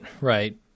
right